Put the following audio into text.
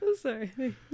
sorry